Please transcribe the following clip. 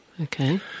Okay